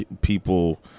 people